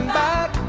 back